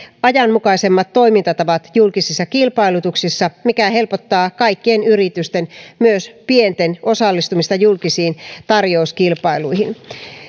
ajanmukaisemmat toimintatavat julkisissa kilpailutuksissa mikä helpottaa kaikkien yritysten myös pienten osallistumista julkisiin tarjouskilpailuihin